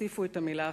תוסיפו את המלה החסרה,